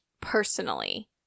personally